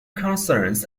concerns